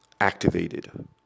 activated